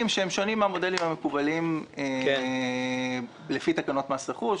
השונים מן המודלים המקובלים לפי תקנות מס רכוש,